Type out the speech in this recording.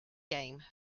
game